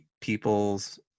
people's